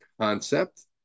concept